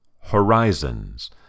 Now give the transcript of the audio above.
Horizons